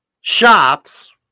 shops